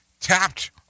Tapped